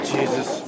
Jesus